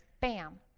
bam